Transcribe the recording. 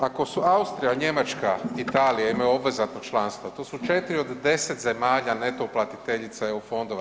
Ako su Austrija, Njemačka, Italija imaju obvezatno članstvo to su 4 od 10 zemalja neto uplatiteljica EU fondova.